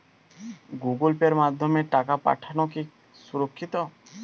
Google পের মাধ্যমে টাকা পাঠানোকে সুরক্ষিত?